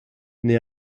née